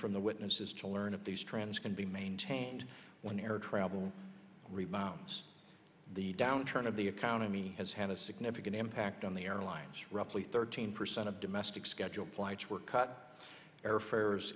from the witnesses to learn if these trends can be maintained when air travel remounts the downturn of the economy has had a significant impact on the airlines roughly thirteen percent of domestic scheduled flights were cut air fares